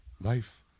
life